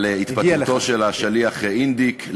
לדבר על התפטרותו של השליח אינדיק.